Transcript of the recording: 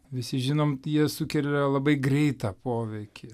visi žinom jie sukelia labai greitą poveikį